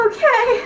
Okay